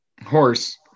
Horse